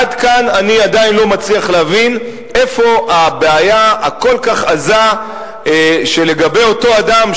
עד כאן אני עדיין לא מצליח להבין איפה הבעיה הכל-כך עזה לגבי אותו אדם,